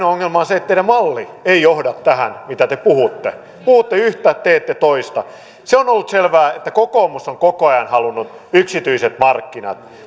ongelma on se että teidän mallinne ei johda tähän mitä te puhutte puhutte yhtä teette toista se on ollut selvää että kokoomus on koko ajan halunnut yksityiset markkinat